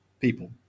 people